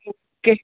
okay